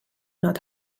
not